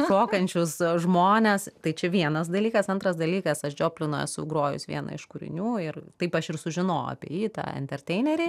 šokančius žmones tai čia vienas dalykas antras dalykas aš džiopliną esu grojus vieną iš kūrinių ir taip aš ir sužinojau apie jį tą enterteinerį